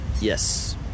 Yes